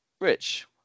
Rich